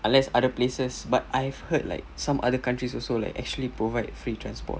unless other places but I've heard like some other countries also like actually provide free transport